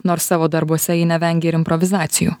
nors savo darbuose ji nevengia ir improvizacijų